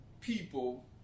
people